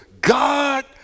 God